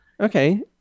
Okay